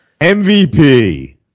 MVP